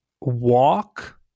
walk